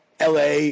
LA